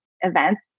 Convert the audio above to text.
events